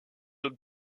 son